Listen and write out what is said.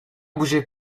bougeaient